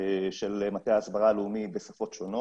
של מטה ההסברה הלאומי בשפות שונות,